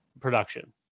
production